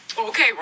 Okay